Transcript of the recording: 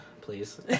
please